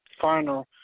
final